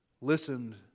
listened